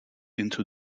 into